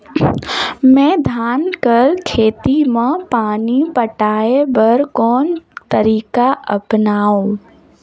मैं धान कर खेती म पानी पटाय बर कोन तरीका अपनावो?